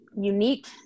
unique